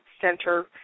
center